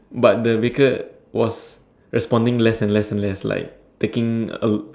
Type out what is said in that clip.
but the baker was responding less and less and less like taking a